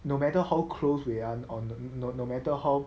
no matter how close we are or no no matter how